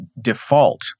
default